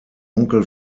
onkel